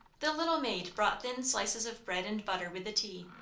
the little maid brought thin slices of bread and butter with the tea.